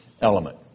element